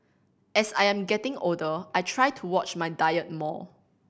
as I am getting older I try to watch my diet more